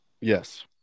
Yes